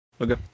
Okay